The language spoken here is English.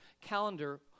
calendar